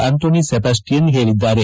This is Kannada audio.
ಅಂತೋಣಿ ಸೆಬಾಸ್ಟಿಯನ್ ಹೇಳಿದ್ದಾರೆ